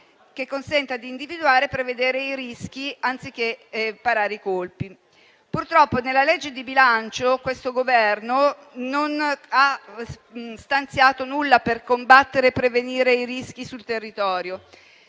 che consenta di individuare e prevedere i rischi, anziché parare i colpi. Purtroppo, nella legge di bilancio questo Governo non ha stanziato nulla per combattere e prevenire i rischi sul territorio